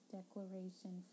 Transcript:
declaration